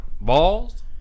balls